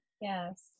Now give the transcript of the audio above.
Yes